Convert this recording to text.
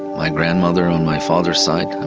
my grandmother on my father's side, and